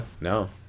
no